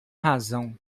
razão